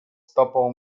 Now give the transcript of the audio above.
stopą